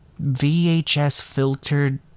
VHS-filtered